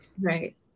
Right